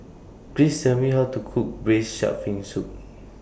Please Tell Me How to Cook Braised Shark Fin Soup